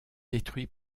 détruits